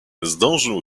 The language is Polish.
zdążył